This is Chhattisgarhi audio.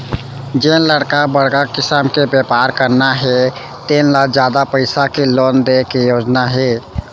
जेन ल बड़का किसम के बेपार करना हे तेन ल जादा पइसा के लोन दे के योजना हे